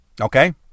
Okay